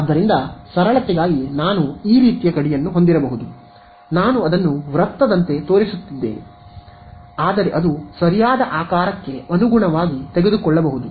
ಆದ್ದರಿಂದ ಸರಳತೆಗಾಗಿ ನಾನು ಈ ರೀತಿಯ ಗಡಿಯನ್ನು ಹೊಂದಿರಬಹುದು ನಾನು ಅದನ್ನು ವೃತ್ತದಂತೆ ತೋರಿಸುತ್ತಿದ್ದೇನೆ ಆದರೆ ಅದು ಸರಿಯಾದ ಆಕಾರಕ್ಕೆ ಅನುಗುಣವಾಗಿ ತೆಗೆದುಕೊಳ್ಳಬಹುದು